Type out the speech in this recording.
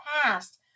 past